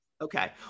okay